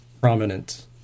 prominent